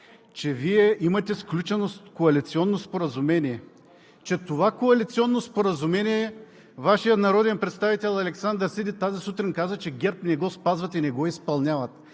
че Вие имате сключено коалиционно споразумение, че това коалиционно споразумение – Вашият народен представител Александър Сиди тази сутрин каза, че ГЕРБ не го спазват и не го изпълняват.